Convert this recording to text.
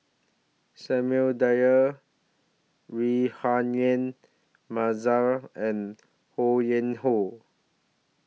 Samuel Dyer Rahayu Mahzam and Ho Yuen Hoe